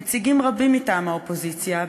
נציגים רבים מטעם האופוזיציה,